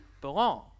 belong